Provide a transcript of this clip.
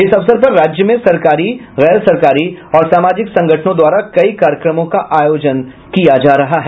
इस अवसर पर राज्य में सरकारी गैर सरकारी और सामाजिक संगठनों द्वारा कई कार्यक्रमों का आयोजन किया जा रहा है